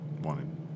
wanted